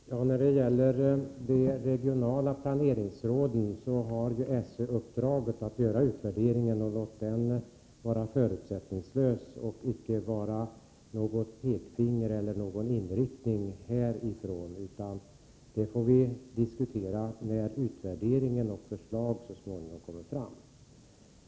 Herr talman! När det gäller de regionala planeringsråden har SÖ uppdraget att göra en utvärdering. Vi bör låta den vara förutsättningslös och inte ge några pekpinnar eller ange någon inriktning härifrån. Vi får diskutera dessa frågor när resultatet av utvärdering och förslag så småningom kommer fram.